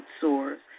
sores